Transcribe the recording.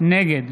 נגד